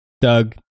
Doug